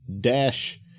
dash